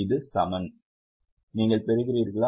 இது சமன் நீங்கள் பெறுகிறீர்களா